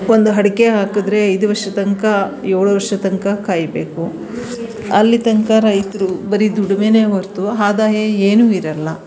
ಒಂದು ಅಡ್ಕೆ ಹಾಕಿದ್ರೆ ಐದು ವರ್ಷ ತನಕ ಏಳು ವರ್ಷದ ತನಕ ಕಾಯಬೇಕು ಅಲ್ಲಿ ತನಕ ರೈತರು ಬರೀ ದುಡ್ಮೆಯೇ ಹೊರತು ಆದಾಯ ಏನೂ ಇರೋಲ್ಲ